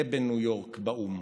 שגריר בוושינגטון ובניו יורק, באו"ם.